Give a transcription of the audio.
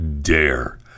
dare